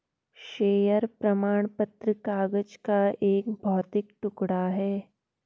share प्रमाण पत्र कागज का एक भौतिक टुकड़ा है